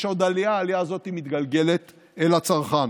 יש עוד עלייה, העלייה הזאת מתגלגלת אל הצרכן.